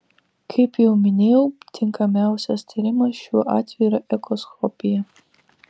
kaip jau minėjau tinkamiausias tyrimas šiuo atveju yra echoskopija